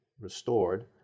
restored